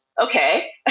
Okay